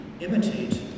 imitate